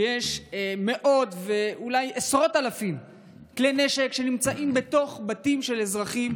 שיש מאות ואולי עשרות אלפים כלי נשק שנמצאים בתוך בתים של אזרחים.